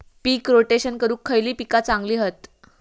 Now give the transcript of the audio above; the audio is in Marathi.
पीक रोटेशन करूक खयली पीका चांगली हत?